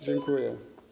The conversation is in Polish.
Dziękuję.